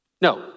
No